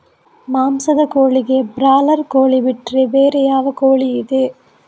ಮಾಂಸದ ಕೋಳಿಗೆ ಬ್ರಾಲರ್ ಕೋಳಿ ಬಿಟ್ರೆ ಬೇರೆ ಯಾವ ಕೋಳಿಯಿದೆ?